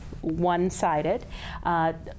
one-sided